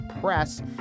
Press